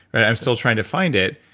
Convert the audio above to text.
i'm still trying to find it.